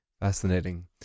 Fascinating